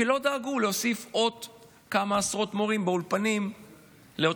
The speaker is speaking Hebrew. כי לא דאגו להוסיף עוד כמה עשרות מורים באולפנים לאותם